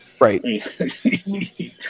right